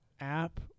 app